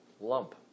lump